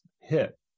hit